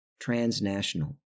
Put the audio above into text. transnational